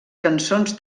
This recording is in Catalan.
cançons